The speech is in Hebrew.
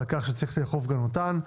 פקח צריך לאכוף גם אותן.